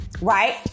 right